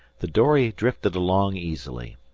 the dory drifted along easily.